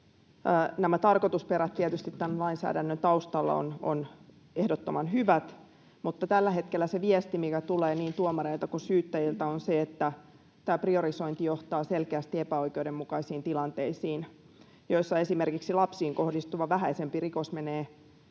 Tarkoitusperät tämän lainsäädännön taustalla ovat tietysti ehdottoman hyvät, mutta tällä hetkellä viesti, mikä tulee niin tuomareita kuin syyttäjiltä, on se, että tämä priorisointi johtaa selkeästi epäoikeudenmukaisiin tilanteisiin, joissa esimerkiksi lapsiin kohdistuva vähäisempi rikos menee